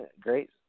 great